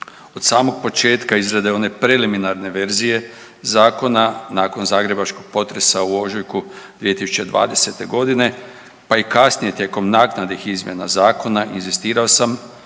Od samog početka izrade onog preliminarne verzije zakona, nakon zagrebačkog potresa u ožujku 2020. godine pa i kasnije tijekom naknadnih izmjena zakona inzistirao sam,